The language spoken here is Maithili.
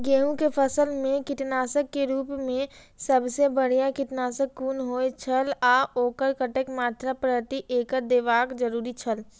गेहूं के फसल मेय कीटनाशक के रुप मेय सबसे बढ़िया कीटनाशक कुन होए छल आ ओकर कतेक मात्रा प्रति एकड़ देबाक जरुरी छल?